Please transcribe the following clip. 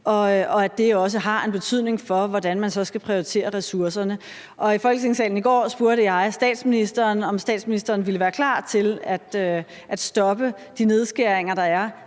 og det har også en betydning for, hvordan man så skal prioritere ressourcerne. I Folketingssalen i går spurgte jeg statsministeren, om statsministeren ville være klar til at stoppe de nedskæringer, der er,